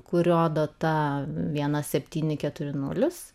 kurio data vienas septyni keturi nulis